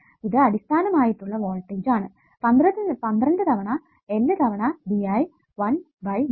ഇത് അടിസ്ഥാനമായിട്ടുള്ള വോൾടേജ് ആണ് 12 തവണ L തവണ dI 1 ബൈ dt